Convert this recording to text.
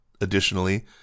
Additionally